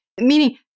meaning